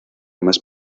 más